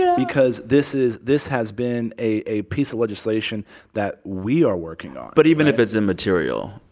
because this is this has been a piece of legislation that we are working on but even if it's immaterial,